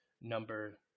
number